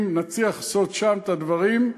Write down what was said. אם נצליח לעשות שם את הדברים,